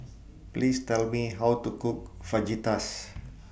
Please Tell Me How to Cook Fajitas